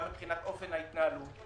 גם מבחינת אופן ההתנהלות,